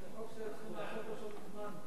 צריכים לתקן אותו מזמן.